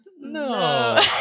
No